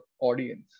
audience